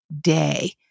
day